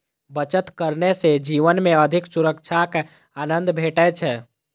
बचत करने सं जीवन मे अधिक सुरक्षाक आनंद भेटै छै